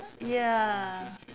ya